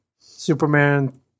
Superman